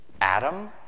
Adam